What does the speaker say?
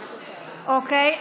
אוקיי.